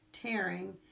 tearing